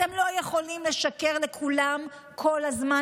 אתם לא יכולים לשקר לכולם כל הזמן.